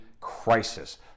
crisis